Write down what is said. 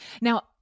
now